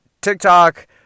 TikTok